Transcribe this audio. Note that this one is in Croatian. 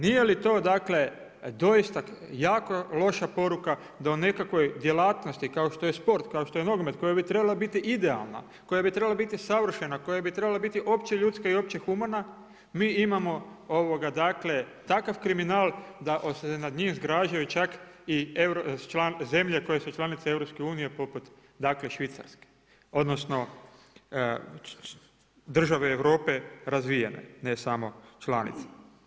Nije li to, dakle doista jako loša poruka da u nekakvoj djelatnosti kao što je sport, kao što je nogomet, koja bi trebala biti idealna, koja bi trebala biti savršena, koja bi trebala biti opće ljudska i opće humana mi imamo, dakle takav kriminal da se nad njim zgražaju čak i zemlje koje su članice EU poput, dakle Švicarske, odnosno države Europe razvijene ne samo članice.